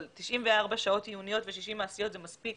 אבל 94 שעות עיוניות ו-60 מעשיות זה מספיק